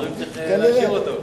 אז אומרים: צריך להשאיר אותו.